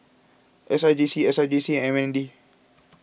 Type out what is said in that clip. S R J C S R J C and M N D